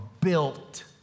built